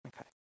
Okay